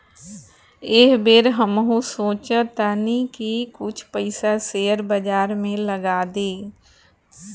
एह बेर हमहू सोचऽ तानी की कुछ पइसा शेयर बाजार में लगा दी